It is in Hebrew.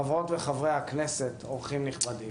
חברות וחברי הכנסת, אורחים נכבדים,